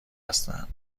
هستن